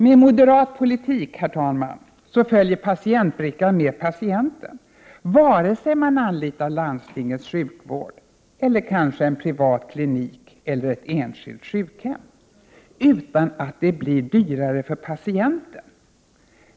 Med moderat politik, herr talman, följer patientbrickan med patienten, vare sig man anlitar landstingets sjukvård eller kanske en privat klinik eller ett enskilt sjukhem, och detta utan att det blir dyrare för patienten.